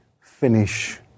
finish